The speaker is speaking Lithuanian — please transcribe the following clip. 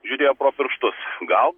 žiūrėjo pro pirštus gal